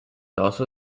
also